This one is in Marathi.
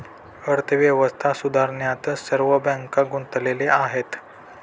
अर्थव्यवस्था सुधारण्यात सर्व बँका गुंतलेल्या आहेत